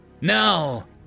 Now